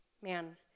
man